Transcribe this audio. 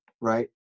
right